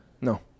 No